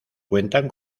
cuentan